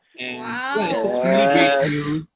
Wow